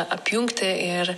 apjungti ir